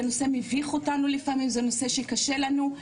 זה נושא שמביך אותנו לפעמים, זה נושא שקשה לנו.